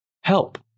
help